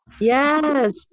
Yes